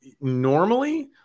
normally